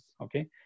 okay